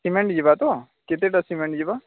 cement ଯିବ ତ କେତେଟା ସିମେଣ୍ଟ୍ ଯିବ